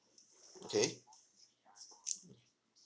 okay